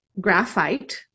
graphite